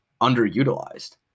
underutilized